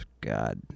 God